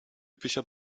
typischer